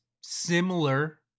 similar